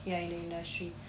ya in the industry